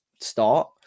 start